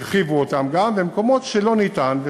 והרחיבו גם, ומקומות שלא ניתן.